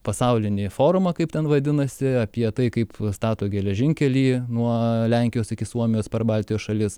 pasaulinį forumą kaip ten vadinasi apie tai kaip stato geležinkelį nuo lenkijos iki suomijos per baltijos šalis